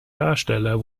darsteller